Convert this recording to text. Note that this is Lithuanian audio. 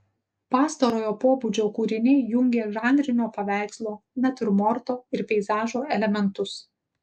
pastarojo pobūdžio kūriniai jungė žanrinio paveikslo natiurmorto ir peizažo elementus